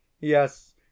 Yes